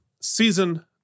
season